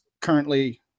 currently